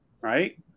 Right